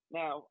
now